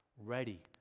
Ready